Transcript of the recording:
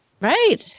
Right